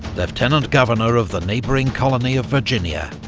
lieutenant governor of the neighbouring colony of virginia,